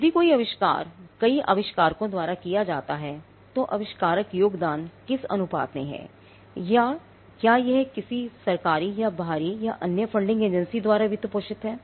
यदि कोई आविष्कार कई अविष्कारकों द्वारा किया गया है तो आविष्कारक योगदान किस अनुपात में हैक्या यह किसी सरकारी या बाहरी या अन्य फंडिंग एजेंसी द्वारा वित्तपोषित है